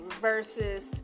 versus